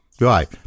right